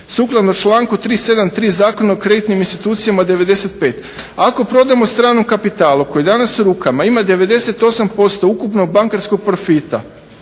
sukladno članku 373. Zakona o kreditnim institucijama 95. Ako prodamo stranom kapitalu koji danas u rukama ima 98% ukupnog bankarskog profita